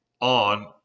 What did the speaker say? on